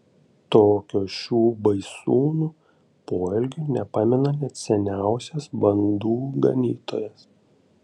tokio šių baisūnų poelgio nepamena net seniausias bandų ganytojas